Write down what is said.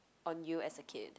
on you as a kid